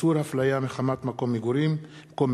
(איסור הפליה מחמת מקום מגורים),